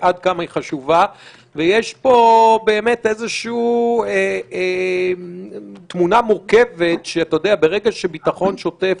ויש פה באמת איזושהי תמונה מורכבת של ביטחון שוטף,